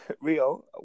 Rio